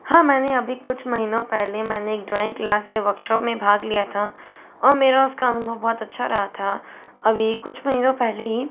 हाँ मैंने अभी कुछ महीनों पहले मैंने एक ड्रॉइंग क्लास से वर्कशॉप में भाग लिया था और मेरा उसका अनुभव बहुत अच्छा रहा था अभी कुछ महीनों पहले ही